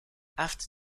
after